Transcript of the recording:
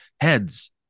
heads